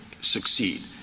succeed